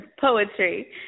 Poetry